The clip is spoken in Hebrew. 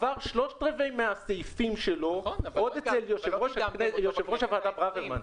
עבר שלושת רבעי מהסעיפים שלו עוד אצל יו"ר הוועדה ברוורמן.